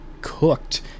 cooked